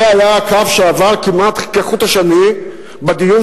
זה היה הקו שעבר כמעט כחוט השני בדיון